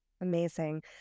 Amazing